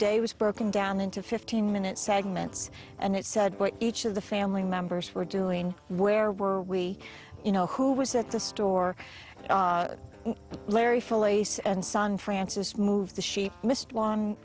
day was broken down into fifteen minute segments and it said what each of the family members were doing where were we you know who was at the store larry felice and song frances move the she missed one